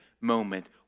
moment